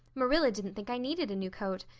marilla didn't think i needed a new coat.